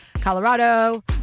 Colorado